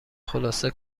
خلاصه